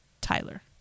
Tyler